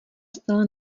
stále